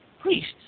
priests